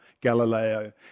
Galileo